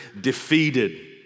defeated